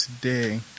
today